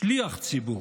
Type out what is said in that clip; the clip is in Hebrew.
שליח ציבור.